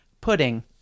pudding